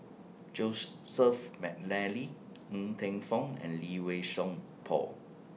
Joseph Mcnally Ng Teng Fong and Lee Wei Song Paul